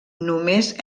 només